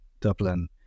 Dublin